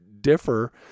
differ